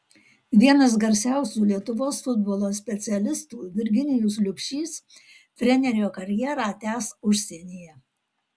vienas garsiausių lietuvos futbolo specialistų virginijus liubšys trenerio karjerą tęs užsienyje